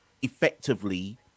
effectively